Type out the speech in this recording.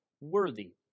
worthy